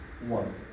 one